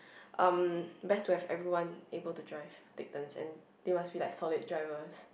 um best to have everyone able to drive take turns and they must be like solid drivers